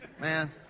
Man